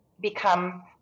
become